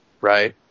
right